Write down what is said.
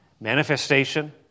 manifestation